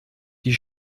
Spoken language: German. die